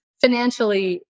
financially